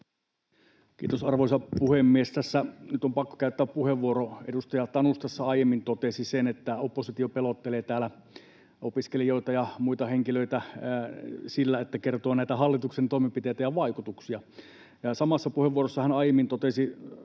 Kiitos, arvoisa puhemies! Tässä nyt on pakko käyttää puheenvuoro. Edustaja Tanus tässä aiemmin totesi, että oppositio pelottelee täällä opiskelijoita ja muita henkilöitä sillä, että kertoo näistä hallituksen toimenpiteistä ja vaikutuksista. Samassa puheenvuorossa edustaja Tanus aiemmin totesi,